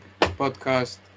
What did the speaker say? podcast